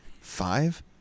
Five